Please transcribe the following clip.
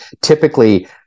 typically